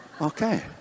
Okay